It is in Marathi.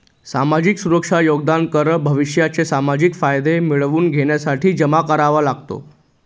सामाजिक सुरक्षा योगदान कर भविष्याचे सामाजिक फायदे मिळवून घेण्यासाठी जमा करावा लागतो